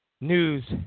news